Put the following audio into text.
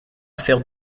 faire